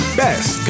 best